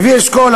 לוי אשכול,